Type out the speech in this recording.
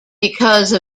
because